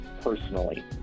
personally